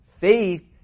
Faith